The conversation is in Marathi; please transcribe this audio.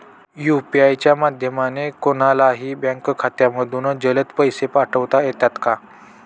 यू.पी.आय च्या माध्यमाने कोणलाही बँक खात्यामधून जलद पैसे पाठवता येतात का?